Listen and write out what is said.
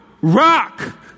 Rock